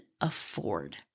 afford